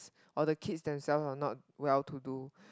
or the kids themselves are not well to do